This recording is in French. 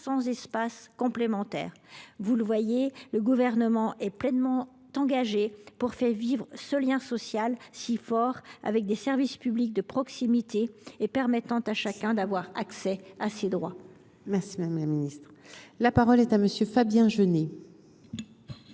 500 espaces complémentaires. Vous le voyez, le Gouvernement est pleinement engagé pour fait vivre ce lien social fort avec ces services publics de proximité, qui permettent à chacun d’avoir accès à ses droits. La parole est à M. Fabien Genet,